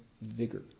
vigor